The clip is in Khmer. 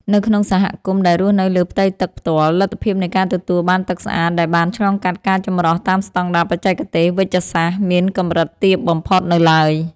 នៅក្នុងសហគមន៍ដែលរស់នៅលើផ្ទៃទឹកផ្ទាល់ លទ្ធភាពនៃការទទួលបានទឹកស្អាតដែលបានឆ្លងកាត់ការចម្រោះតាមស្តង់ដារបច្ចេកទេសវេជ្ជសាស្ត្រ មានកម្រិតទាបបំផុតនៅឡើយ។